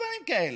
דברים כאלה,